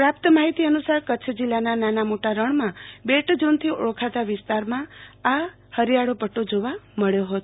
પ્રાપ્ત માહિતી અનુસાર કરછ જીલ્લાના મોટા રણમાં બેટઝોનથી ઓળખાતા વિસ્તારમાંના હાલ આ હરિયાળો પદ્દો જોવા માયો હતો